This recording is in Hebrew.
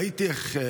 א.